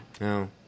No